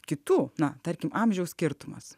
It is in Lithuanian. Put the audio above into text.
kitų na tarkim amžiaus skirtumas